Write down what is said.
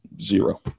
Zero